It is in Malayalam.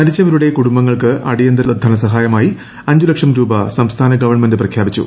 മരിച്ചവരുടെ കുടുംബങ്ങൾക്ക് അടിയന്തര ധനസഹായമായി അഞ്ച്ലക്ഷം രൂപ സംസ്ഥാന ഗവൺമെന്റ് പ്രഖ്യാപിച്ചു